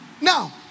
Now